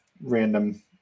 random